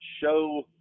show